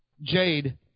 Jade